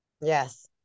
Yes